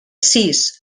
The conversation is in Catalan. sis